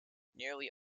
nearly